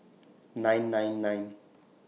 nine nine nine